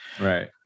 Right